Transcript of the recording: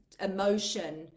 emotion